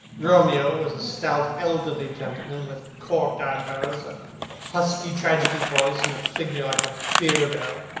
romeo was a stout elderly gentleman, with corked eyebrows, a husky tragedy voice, and a figure like a beer-barrel.